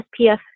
spf